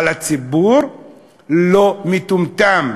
אבל הציבור לא מטומטם,